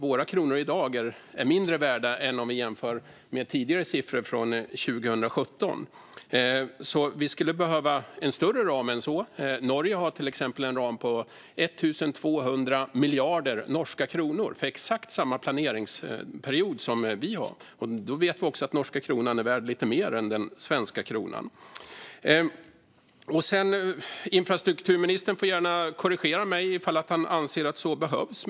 Våra kronor i dag är mindre värda än kronorna 2017. Vi skulle alltså behöva en större ram än så. Norge har till exempel en ram på 1 200 miljarder norska kronor för exakt samma planeringsperiod som vi har. Då vet vi också att den norska kronan är värd lite mer än den svenska kronan. Infrastrukturministern får gärna korrigera mig ifall han anser att så behövs.